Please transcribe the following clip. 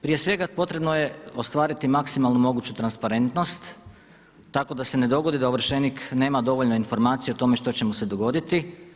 Prije svega potrebno je ostvariti maksimalnu moguću transparentnost tako da se ne dogodi da ovršenik nema dovoljno informacija o tome što će mu se dogoditi.